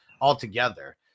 altogether